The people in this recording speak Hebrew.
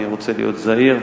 אני רוצה להיות זהיר.